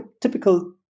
typical